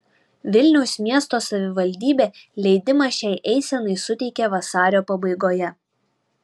vilniaus miesto savivaldybė leidimą šiai eisenai suteikė vasario pabaigoje